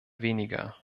weniger